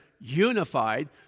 unified